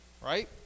right